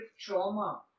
trauma